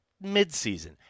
mid-season